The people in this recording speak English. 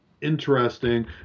interesting